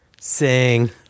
Sing